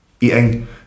eating